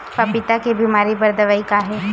पपीता के बीमारी बर दवाई का हे?